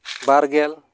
ᱵᱟᱨ ᱜᱮᱞ